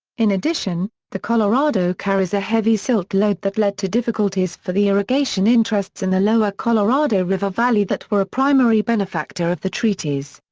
in addition, the colorado carries a heavy silt load that led to difficulties for the irrigation interests in the lower colorado river valley that were a primary benefactor of the treaties.